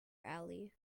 ali